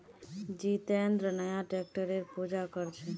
जितेंद्र नया ट्रैक्टरेर पूजा कर छ